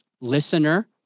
listener